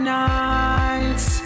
nights